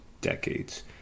decades